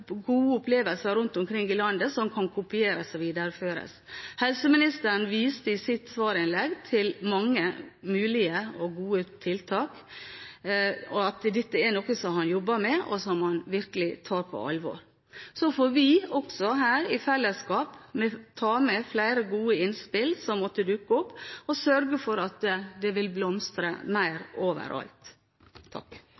gode opplevelser rundt omkring i landet som kan kopieres og videreføres. Helseministeren viste i sitt svarinnlegg til mange mulige – og gode – tiltak og at dette er noe som han jobber med, og som han virkelig tar på alvor. Så får også vi som er her, i fellesskap, ta med flere gode innspill som måtte dukke opp, og sørge for at det vil blomstre